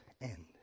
end